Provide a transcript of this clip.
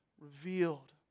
revealed